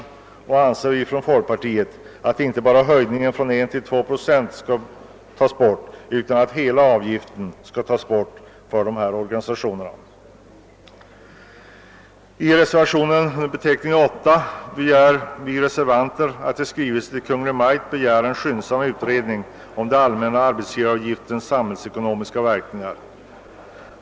I folkpartiet anser vi inte bara att de skall undantas från höjningen av arbetsgivaravgiften från 1 till 2 procent, utan att hela avgiften skall tas bort för dessa organisationer. I reservationen 8 hemställer vi reservanter: att riksdagen i skrivelse till Kungl. Maj:t skall begära en skyndsam utredning om den allmänna arbetsgivaravgiftens samhällsekonomiska verkningar.